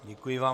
Děkuji vám.